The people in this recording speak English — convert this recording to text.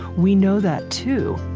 we know that too